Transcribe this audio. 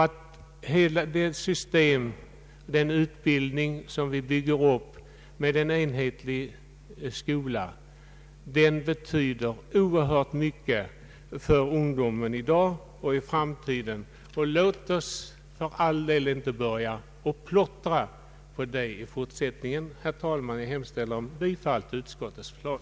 Jag anser att hela det utbildningssystem som vi bygger upp med en enhetlig skola betyder oerhört mycket för ungdomen i dag och för framtiden. Låt oss för all del inte börja plottra på detta system i fortsättningen!